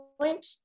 point